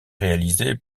réalisé